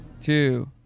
two